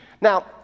Now